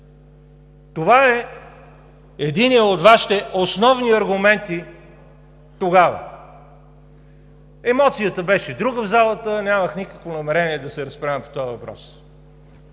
Това е единият от Вашите основни аргументи тогава. Емоцията беше друга в залата, нямах никакво намерение да се разправям по този въпрос.